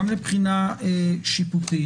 גם לבחינה שיפוטית.